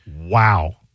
Wow